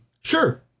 Sure